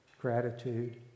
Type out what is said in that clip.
gratitude